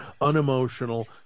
unemotional